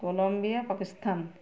Columbia Pakistan